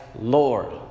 Lord